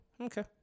Okay